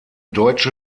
deutsche